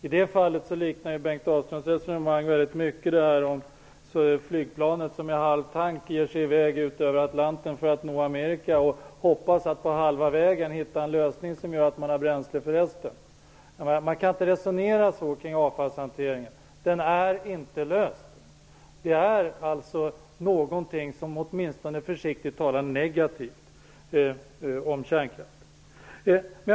I detta fall kan jag likna Bengt Dalströms resonemang med att man ger sig i väg över Atlanten för att nå Amerika i ett flygplan med en halvfull tank. Man hoppas på att man på halva vägen skall hitta en lösning som gör att man har bränsle för resten av resan. Man kan inte resonera på detta sätt kring problemet med avfallshanteringen. Det problemet är inte löst. Det är någonting som talar negativt för kärnkraften.